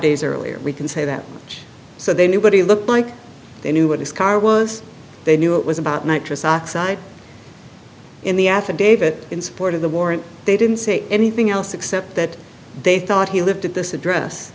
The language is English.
days earlier we can say that so they knew what he looked like they knew what his car was they knew it was about nitric oxide in the affidavit in support of the warrant they didn't say anything else except that they thought he lived at this address